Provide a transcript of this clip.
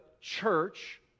church